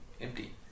empty